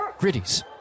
Gritties